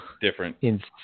different